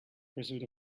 pursuit